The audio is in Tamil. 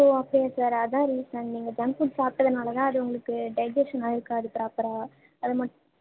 ஓ ஓகே சார் அதான் ரீசன் நீங்கள் ஜங் ஃபுட் சாப்பிட்டதுனாலதா அது உங்களுக்கு டைஜஷன் ஆகிருக்காது ப்ராப்பராக அது மட்